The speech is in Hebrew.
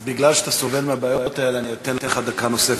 אז מכיוון שאתה סובל מהבעיות האלה אני אתן לך דקה נוספת,